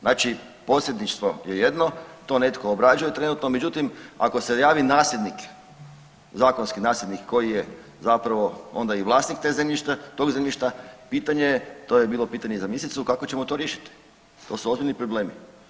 Znači posjedništvo je jedno, to netko obrađuje trenutno, međutim ako se javi nasljednik, zakonski nasljednik koji je zapravo onda i vlasnik tog zemljišta pitanje je, to je bilo pitanje i za ministricu kako ćemo to riješiti, to su ozbiljni problemi.